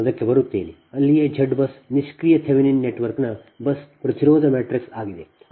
ನಾನು ಅದಕ್ಕೆ ಬರುತ್ತೇನೆ ಅಲ್ಲಿಯೇ Z BUS ನಿಷ್ಕ್ರಿಯ ಥೆವೆನಿನ್ ನೆಟ್ವರ್ಕ್ನ ಬಸ್ ಪ್ರತಿರೋಧ ಮ್ಯಾಟ್ರಿಕ್ಸ್ ಆಗಿದೆ